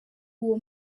uwo